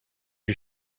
you